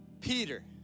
Peter